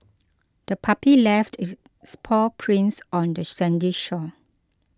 the puppy left its spoil prints on the sandy shore